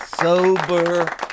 sober